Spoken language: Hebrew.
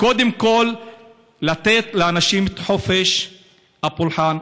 קודם כול לתת לאשים את חופש הפולחן,